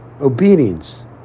obedience